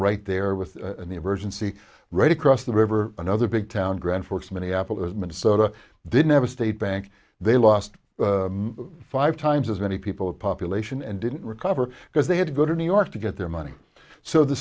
right there with the emergency right across the river another big town grand forks minneapolis minnesota didn't have a state bank they lost five times as many people a population and didn't recover because they had to go to new york to get their money so the